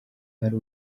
hari